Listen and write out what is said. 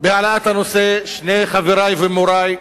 בהעלאת הנושא שני חברי ומורי,